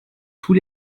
tous